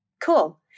Cool